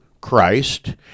Christ